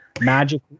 Magic